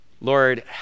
Lord